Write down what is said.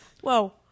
Whoa